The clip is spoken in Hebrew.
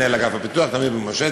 מנהל מינהל הפיתוח תמיר בן משה.